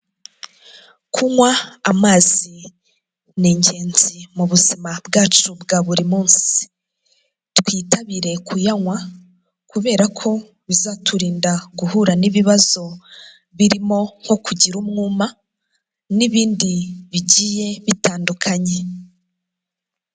Kunywa amazi ni ingenzi mu buzima bwacu bwa buri munsi, twitabire kuyanywa kubera ko bizaturinda guhura n'ibibazo birimo nko kugira umwuma n'ibindi bigiye bitandukanye.